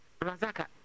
Razaka